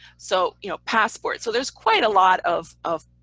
so you know passport, so there's quite a lot of of